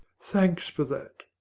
thanks for that.